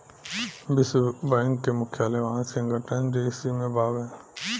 विश्व बैंक के मुख्यालय वॉशिंगटन डी.सी में बावे